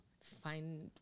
find